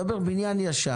אני מדבר על בניין ישן.